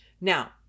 Now